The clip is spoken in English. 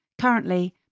Currently